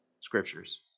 scriptures